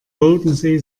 bodensee